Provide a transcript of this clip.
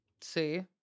See